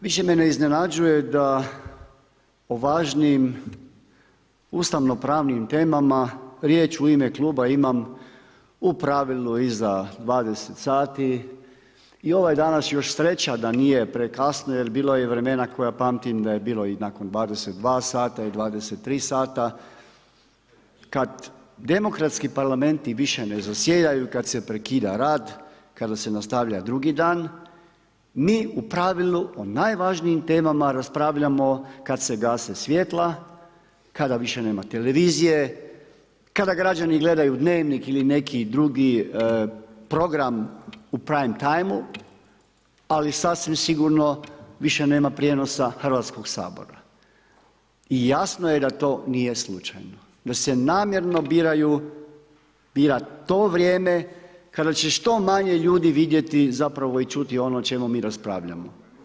Više me ne iznenađuje da o važnim ustavno pravnim temama riječ u ime kluba imam u pravilu iza 20 h i ovo je danas još 3 da nije prekasno, jer bilo je i vremena, koja pamtim da je bilo i nakon 22 h i nakon 23 h, kada demokratski parlamenti, više ne zasjedaju, kada se prekida rad, kada se nastavlja drugi dan, mi u pravilu, o najvažnijim temama raspravljamo kada se gase svjetla, kada više nema televizije, kada građani gledaju Dnevnik ili neki drugi program u … Ali, sasvim sigurno, više nema prijenosa Hrvatskog sabora i jasno je da to nije slučaj, da se namjerno bira to vrijeme, kada će što manje vidjeti zapravo i čuti ono o čemu mi raspravljamo.